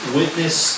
witness